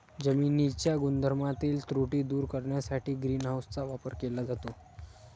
जमिनीच्या गुणधर्मातील त्रुटी दूर करण्यासाठी ग्रीन हाऊसचा वापर केला जातो